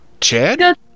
Chad